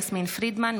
יסמין פרידמן,